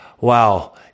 wow